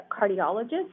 cardiologist